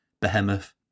behemoth